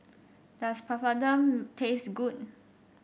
does Papadum taste good